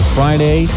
Friday